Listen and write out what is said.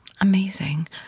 amazing